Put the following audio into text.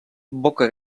boca